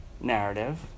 narrative